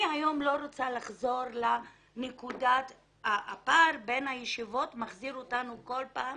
אני היום לא רוצה לחזור לנקודה אבל הפער בין הישיבות מחזיר אותנו כל פעם